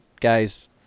guys